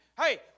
Hey